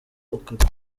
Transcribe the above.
okapi